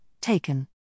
taken